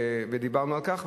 ודיברנו על כך,